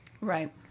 Right